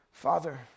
Father